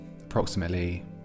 approximately